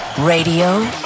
Radio